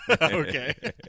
Okay